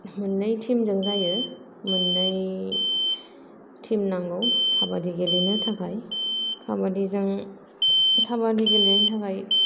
मोन्नै टिमजों जायो मोन्नै टिम नांगौ काबादि गेलेनो थाखाय काबादिजों काबादि गेलेनो थाखाय